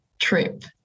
trip